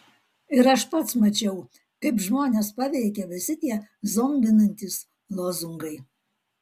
ir aš pats mačiau kaip žmones paveikia visi tie zombinantys lozungai